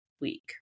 week